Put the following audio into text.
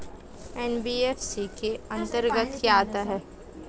NBFC के अंतर्गत क्या आता है?